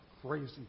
crazy